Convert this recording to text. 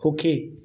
সুখী